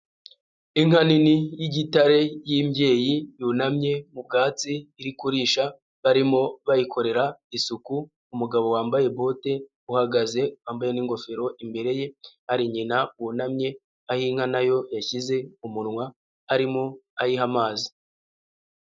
Inka nini y'igitare y'imbyeyi yunamye mu byatsi iri kuririsha barimo bayikorera isuku umugabo wambaye bote uhagaze wambaye n'ingofero, imbere ye hari nyina wunamye aho inka nayo yashyize umunwa arimo ayiha amazi.